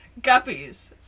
Guppies